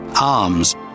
Arms